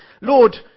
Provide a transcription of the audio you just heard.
Lord